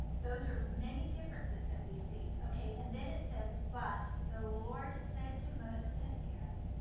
those are many differences that we see. okay, and then it says, but the lord said to moses and aaron,